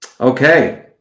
Okay